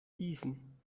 gießen